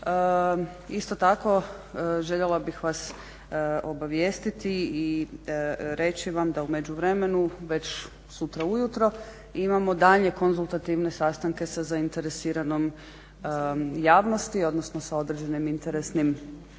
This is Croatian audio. Isto tako, željela bih vas obavijestiti i reći vam da u međuvremenu već sutra ujutro imamo daljnje konzultativne sastanke sa zainteresiranom javnosti, odnosno sa određenim interesnim